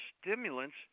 stimulants